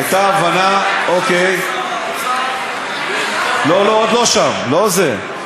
הייתה הבנה, שר האוצר, לא לא, עוד לא שם, לא זה.